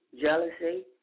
jealousy